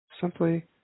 Simply